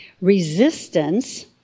Resistance